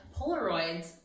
Polaroids